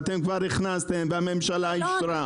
אם אתם כבר הכנסתם והממשלה אישרה.